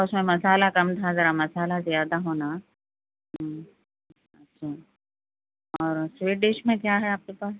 اُس میں مصالحہ کم تھا ذرا مصالحہ زیادہ ہونا اچّھا اور سویٹ ڈش میں کیا ہے آپ کے پاس